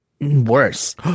Worse